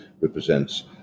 represents